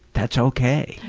that's ok.